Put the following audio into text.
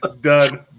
Done